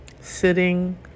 sitting